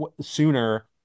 sooner